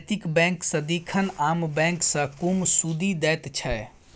नैतिक बैंक सदिखन आम बैंक सँ कम सुदि दैत छै